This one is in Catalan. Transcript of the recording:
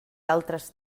altres